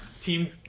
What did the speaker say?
Team